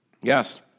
Yes